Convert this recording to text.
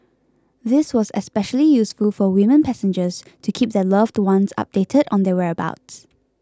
this was especially useful for women passengers to keep their loved ones updated on their whereabouts